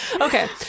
Okay